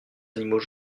animaux